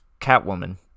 Catwoman